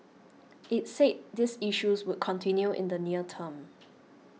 it said these issues would continue in the near term